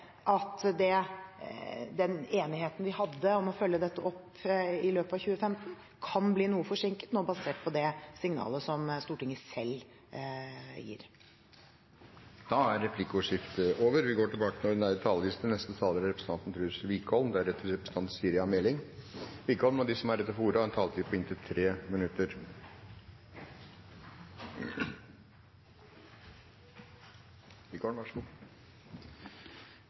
å få fulgt opp dette i løpet av 2015, slik det var enighet om, bli noe forsinket, basert på det signalet som Stortinget selv gir. Replikkordskiftet er over. De talere som heretter får ordet, har en taletid på inntil 3 minutter. Som representanten